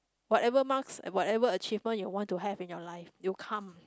whatever marks and whatever achievement you want to have in your life will come